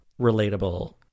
relatable